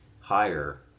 higher